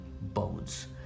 bones